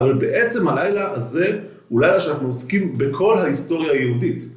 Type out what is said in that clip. אבל בעצם הלילה הזה הוא לילה שאנחנו עוסקים בכל ההיסטוריה היהודית.